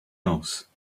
else